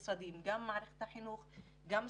מערכת החינוך כשלה בלטפל בהם,